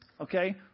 okay